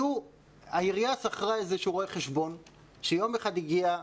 העירייה שכרה איזשהו רואה חשבון שיום אחד הגיע,